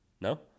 No